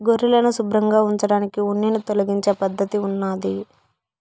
గొర్రెలను శుభ్రంగా ఉంచడానికి ఉన్నిని తొలగించే పద్ధతి ఉన్నాది